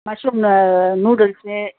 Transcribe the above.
மஷ்ரூமில் noodles